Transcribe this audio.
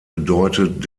bedeutet